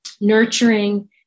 nurturing